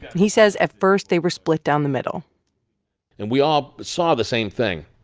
he says, at first, they were split down the middle and we all saw the same thing,